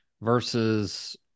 versus